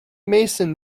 mason